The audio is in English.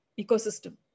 ecosystem